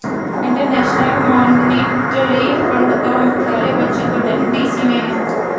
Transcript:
international monetary fund का मुख्यालय Washington DC में है